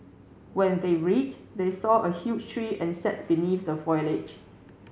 when they reached they saw a huge tree and sat beneath the foliage